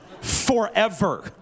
forever